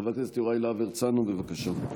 חבר הכנסת יוראי להב הרצנו, בבקשה.